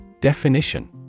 Definition